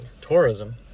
Tourism